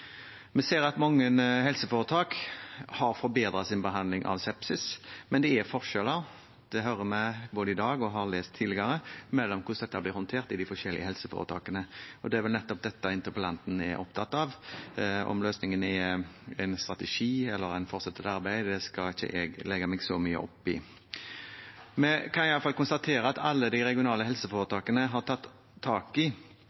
Vi ser at mange helseforetak har forbedret sin behandling av sepsis, men det er forskjell – det hører vi både i dag og har lest tidligere – på hvordan dette blir håndtert i de forskjellige helseforetakene. Det er vel nettopp dette interpellanten er opptatt av. Om løsningen er en strategi eller å fortsette arbeidet, skal ikke jeg legge meg så mye opp i. Vi kan iallfall konstatere at alle de regionale helseforetakene har tatt tak i